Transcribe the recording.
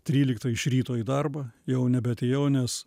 tryliktą iš ryto į darbą jau nebeatėjau nes